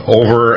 over